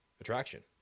attraction